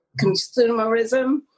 consumerism